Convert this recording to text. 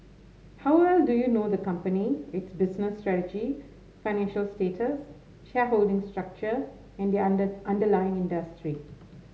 how well do you know the company its business strategy financial status shareholding structure in the under underlying industry